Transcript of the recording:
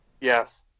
Yes